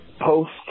post